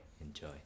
enjoy